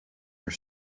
your